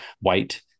white